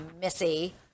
missy